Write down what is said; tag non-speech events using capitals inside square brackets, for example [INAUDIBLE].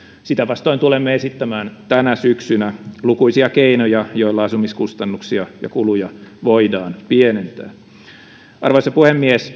sitä vastoin tulemme esittämään tänä syksynä lukuisia keinoja joilla asumiskustannuksia ja kuluja voidaan pienentää arvoisa puhemies [UNINTELLIGIBLE]